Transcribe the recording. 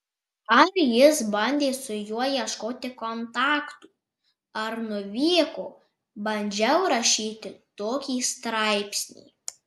ar jis bandė su juo ieškoti kontaktų ar nuvyko bandžiau rašyti tokį straipsnį